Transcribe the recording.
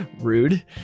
Rude